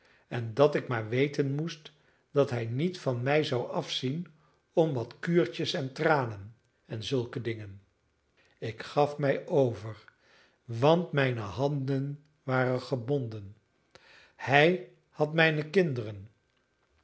en dat ik maar weten moest dat hij niet van mij zou afzien om wat kuurtjes en tranen en zulke dingen ik gaf mij over want mijne handen waren gebonden hij had mijne kinderen